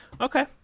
Okay